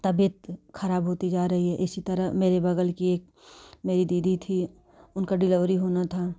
तबीयत खराब होती जा रही है इसी तरह की मेरी बगल कि एक मेरी दीदी थी उनका डिलीवरी होना था